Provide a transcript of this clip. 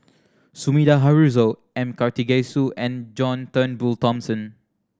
Sumida Haruzo M Karthigesu and John Turnbull Thomson